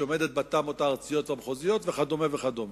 שהיא עומדת בתמ"אות הארציות והמחוזיות וכדומה וכדומה.